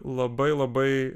labai labai